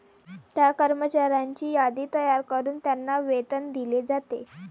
त्या कर्मचाऱ्यांची यादी तयार करून त्यांना वेतन दिले जाते